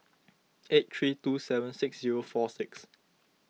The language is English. eight three two seven six zero four six